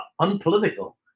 unpolitical